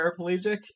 paraplegic